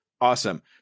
awesome